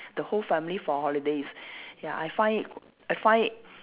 the whole family for holidays ya I find it I find it